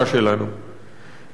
אנחנו מדברים על "קיקה",